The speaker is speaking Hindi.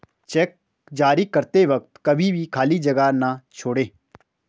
चेक जारी करते वक्त कभी भी खाली जगह न छोड़ें